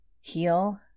heal